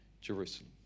Jerusalem